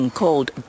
called